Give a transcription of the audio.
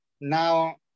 now